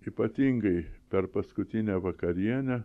ypatingai per paskutinę vakarienę